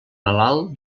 malalt